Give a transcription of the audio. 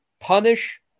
punish